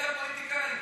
אלה הפוליטיקאים.